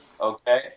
Okay